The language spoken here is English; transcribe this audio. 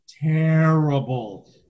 terrible